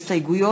יפעת קריב,